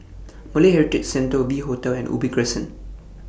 Malay Heritage Centre V Hotel and Ubi Crescent